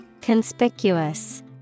Conspicuous